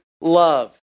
love